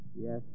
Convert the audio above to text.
Yes